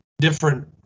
different